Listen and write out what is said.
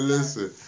Listen